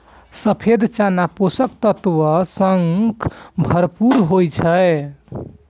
सफेद चना पोषक तत्व सं भरपूर होइ छै